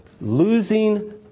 losing